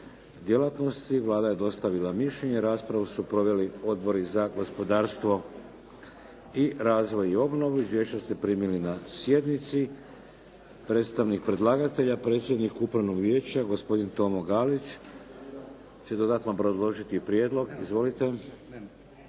Vlada je dostavila mišljenje. Raspravu su proveli Odbori za gospodarstvo i razvoj i obnovu. Izvješća ste primili na sjednici. Predstavnik predlagatelja predsjednik Upravnog vijeća, gospodin Tomo Galić, će dodatno obrazložiti prijedlog. Izvolite.